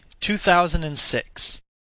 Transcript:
2006